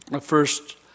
first